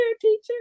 teacher